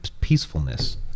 peacefulness